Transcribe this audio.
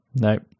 Nope